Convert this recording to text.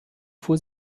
fuhr